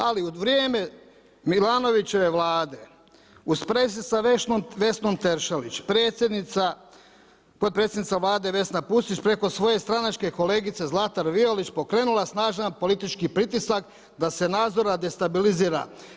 Ali u vrijeme Milanovićeve Vlade, u sprezi sa Vesnom Teršelić, potpredsjednica Vlade Vesna Pusić preko svoje stranačke kolegice Zlatar Violić, pokrenula snažan politički pritisak da se Nazora destabilizira.